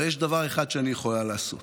אבל יש דבר אחד שאני יכולה לעשות.